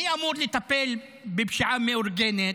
מי אמור לטפל בפשיעה המאורגנת?